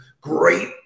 great